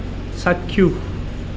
চাক্ষুষ